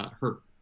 hurt